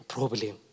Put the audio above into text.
Problem